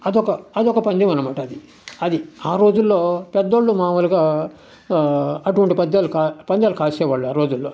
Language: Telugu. అదొక అదొక పందెం అనమాట అది అది ఆ రోజుల్లో పెద్దోళ్ళు మాములుగా అటువంటి పద్యాలు కా పందేలు కాసేవాళ్ళు ఆ రోజుల్లో